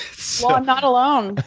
so i'm not alone.